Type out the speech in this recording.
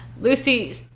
Lucy